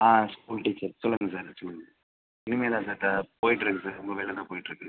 ஆ school teacher சொல்லுங்கள் sir சொல்லுங்கள் இனிமேல் தான் சார் போயிட்டுருக்கு சார் உங்கள் வேலை தான் போயிட்டுருக்கு